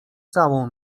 całą